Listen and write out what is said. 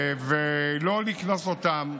ולא לקנוס אותן,